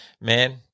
man